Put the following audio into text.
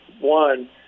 one